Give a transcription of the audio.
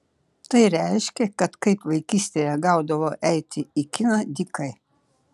tai reiškė kad kaip vaikystėje gaudavau eiti į kiną dykai